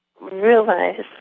realize